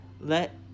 Let